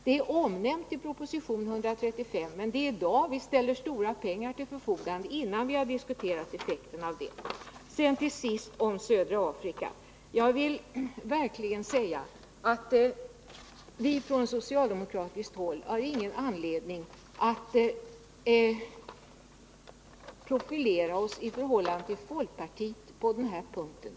Det omnämns i proposition 135, men det är i dag vi ställer stora pengar till förfogande — innan vi har diskuterat hur de skall användas. Till sist vill jag i fråga om södra Afrika verkligen säga att vi från socialdemokratiskt håll inte har någon anledning att profilera oss i förhållandet till folkpartiet i det avseendet.